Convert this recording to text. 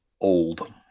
old